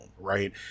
right